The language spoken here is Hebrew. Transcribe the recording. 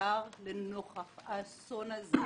בעיקר לנוכח האסון הזה,